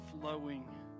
flowing